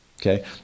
Okay